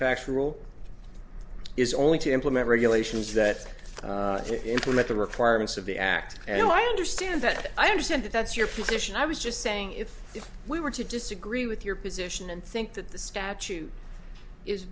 factual is only to implement regulations that implement the requirements of the act and i understand that i understand that that's your position i was just saying if we were to disagree with your position and think that the statute is